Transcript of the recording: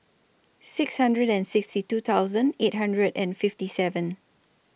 six hundred and sixty two thousand eight hundred and fifty seven